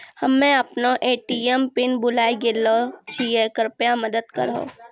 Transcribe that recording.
हम्मे अपनो ATM pin भुलाय गेलो छियै, कृपया मदत करहो